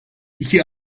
iki